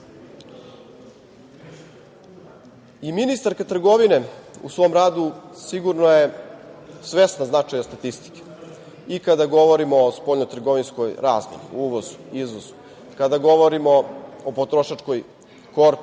ministarka trgovine u svom radu sigurno je svesna značaja statistike, i kada govorimo o spoljnotrgovinskoj razmeni, uvozu, izvozu, kada govorimo o potrošačkoj korpi